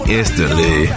instantly